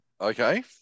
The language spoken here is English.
Okay